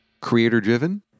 Creator-driven